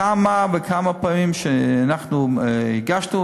בכמה וכמה פעמים שאנחנו הגשנו,